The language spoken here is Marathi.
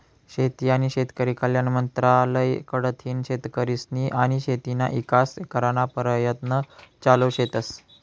शेती आनी शेतकरी कल्याण मंत्रालय कडथीन शेतकरीस्नी आनी शेतीना ईकास कराना परयत्न चालू शेतस